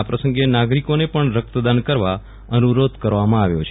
આ પ્રસંગે નાગરિકોને પણ રક્તદાન કરવા અનુરોધ કરવામાં આવ્યો છે